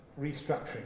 restructuring